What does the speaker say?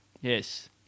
Yes